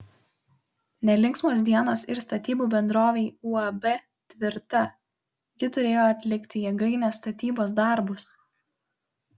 nelinksmos dienos ir statybų bendrovei uab tvirta ji turėjo atlikti jėgainės statybos darbus